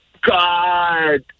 God